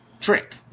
Trick